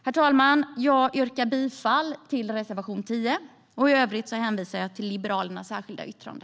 Herr talman! Jag yrkar bifall till reservation 10. I övrigt hänvisar jag till Liberalernas särskilda yttrande.